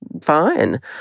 fine